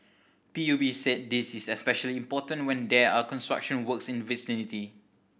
P U B said this is especially important when there are construction works in vicinity